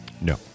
No